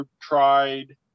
tried